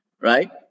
right